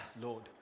Lord